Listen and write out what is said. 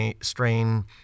strain